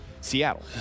Seattle